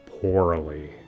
poorly